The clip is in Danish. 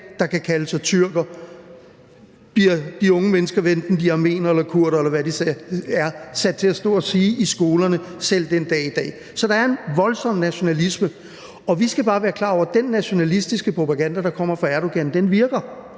der kan kalde sig tyrker, bliver de unge mennesker, hvad enten de er armeniere eller kurdere, eller hvad de så er, sat til at stå og sige i skolerne selv den dag i dag. Så der er en voldsom nationalisme. Og vi skal bare være klar over, at den nationalistiske propaganda, der kommer fra Erdogan, virker,